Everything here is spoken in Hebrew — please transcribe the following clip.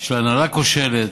של הנהלה כושלת,